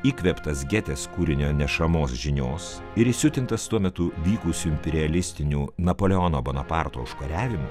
įkvėptas getės kūrinio nešamos žinios ir įsiutintas tuo metu vykusių imperialistinių napoleono bonaparto užkariavimų